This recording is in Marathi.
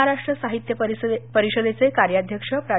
महाराष्ट्र साहित्य परिषदेचे कार्यध्यक्ष प्रा